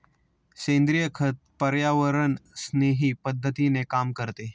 सेंद्रिय खत पर्यावरणस्नेही पद्धतीने काम करते